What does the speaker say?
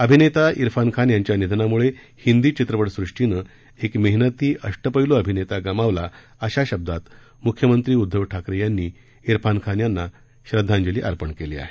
अभिनेता इरफान खान यांच्या निधनामुळे हिंदी चित्रपट सृष्टीने एक मेहनती अष्टपैलू अभिनेता गमावला अशा शब्दांत मुख्यमंत्री उद्धव ठाकरे यांनी अभिनेता इरफान खान यांना श्रद्धांजली अर्पण केली आहे